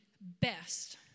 best